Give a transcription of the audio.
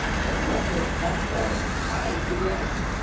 the luckless pat travis rides again.